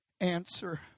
answer